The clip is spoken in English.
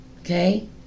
Okay